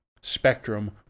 spectrum